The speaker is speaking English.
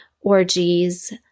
orgies